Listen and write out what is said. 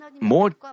more